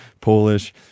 Polish